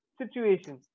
situation